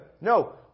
No